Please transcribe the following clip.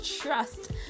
trust